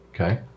Okay